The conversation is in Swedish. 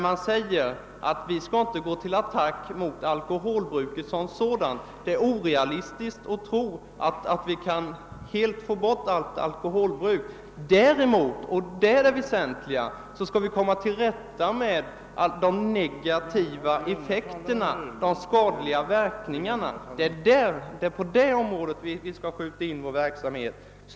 Man säger där att vi inte skall gå till attack mot alkoholbruket som sådant. Det är orealistiskt att tro att vi helt kan få bort detta. Däremot — och detta är det väsentliga — skall vi försöka komma till rätta med de negativa effekterna. Det är där vi skall skjuta in vår verksamhet.